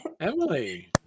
emily